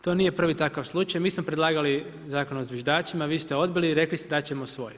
To nije prvi takav slučaj, mi smo predlagali Zakon o zviždačima, vi ste odbili i rekli dati ćemo svoj.